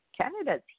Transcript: Canada's